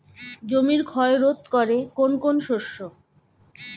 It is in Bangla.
জমির ক্ষয় রোধ করে কোন কোন শস্য?